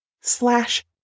slash